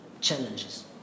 challenges